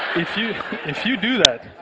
if you if you do that,